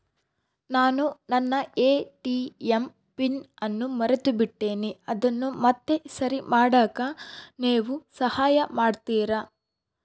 ನಾನು ನನ್ನ ATM pin ಅನ್ನು ಮರೆತುಬಿಟ್ಟೇನಿ ಅದನ್ನು ಮತ್ತೆ ಸರಿ ಮಾಡಾಕ ನೇವು ಸಹಾಯ ಮಾಡ್ತಿರಾ?